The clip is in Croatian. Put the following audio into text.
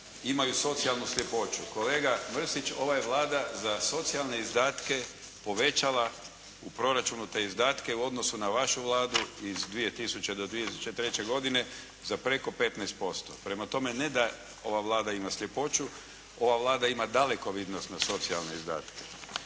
imaju socijalnu sljepoću. Kolega Mrsić, ova je Vlada za socijalne izdatke povećala u proračunu te izdatke u odnosu na vašu Vladu iz 2000. do 2003. godine za preko 15%. Prema tome, ne da ova Vlada ima sljepoću, ova Vlada ima dalekovidnost na socijalne izdatke.